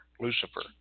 Lucifer